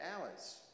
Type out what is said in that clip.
hours